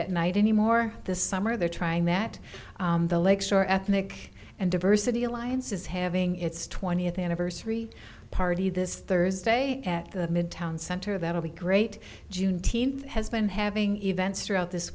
at night anymore this summer they're trying that the lake shore ethnic and diversity alliance is having its twentieth anniversary party this thursday at the midtown center that will be great juneteenth has been having events throughout this